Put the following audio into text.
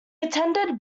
attended